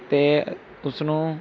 ਅਤੇ ਉਸਨੂੰ